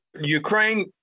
Ukraine